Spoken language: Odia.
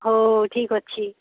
ହଉ ହଉ ଠିକ୍ ଅଛି